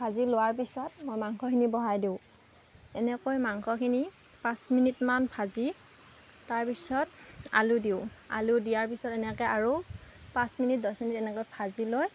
ভাজি লোৱাৰ পিছত মই মাংসখিনি বহাই দিওঁ এনেকৈ মাংসখিনি পাঁচ মিনিটমান ভাজি তাৰ পিছত আলু দিওঁ আলু দিয়াৰ পিছত এনেকে আৰু পাঁচ মিনিট দহ মিনিট এনেকৈ ভাজি লৈ